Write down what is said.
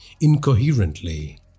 incoherently